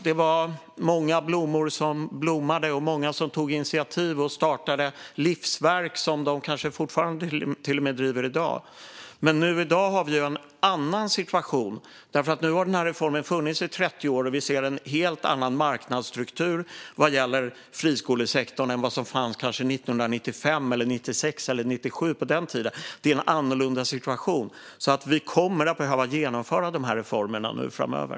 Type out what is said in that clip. Det var många blommor som blommade, och många tog initiativ och startade livsverk som de kanske fortfarande driver i dag. Men i dag har vi en annan situation. Nu har reformen funnits i 30 år, och vi ser en helt annan marknadsstruktur vad gäller friskolesektorn än vad som fanns 1995, 1996 eller 1997. Vi kommer att behöva genomföra reformer framöver.